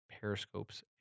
Periscope's